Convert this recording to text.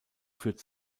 führt